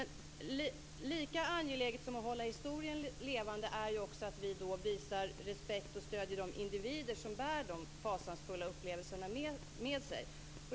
Lika angeläget som att hålla historien levande är det att visa respekt och stödja de individer som bär de fasansfulla upplevelserna med sig.